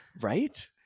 right